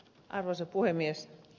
arvoisa puhemies